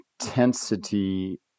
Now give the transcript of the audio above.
intensity